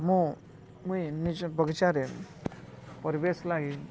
ମୁଁ ମୁଇଁ ନିଜ ବଗିଚାରେ ପରିବେଶ ଲାଗି